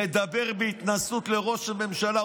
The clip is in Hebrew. מדבר בהתנשאות לראש הממשלה.